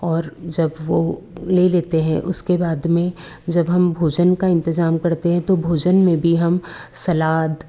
और जब वो ले लेते हैं उसके बाद में जब हम भोजन का इंतजाम करते हैं तो भोजन में भी हम सलाद